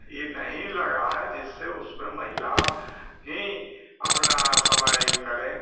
ये नहीं लगा है जिससे उसमें महिला हीं अपना समय करें